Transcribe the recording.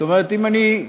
זאת אומרת, אם אני,